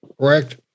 Correct